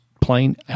plane